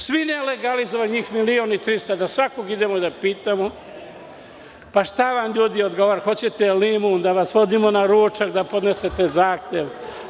Svi nelegalizovani, njih milion i trista, da svakog idemo da pitamo šta vam ljudi odgovara, hoćete limun, da vas vodimo na ručak, da podnesete zahtev?